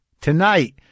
Tonight